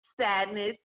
sadness